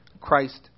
Christ